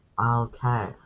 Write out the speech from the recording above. Okay